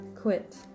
quit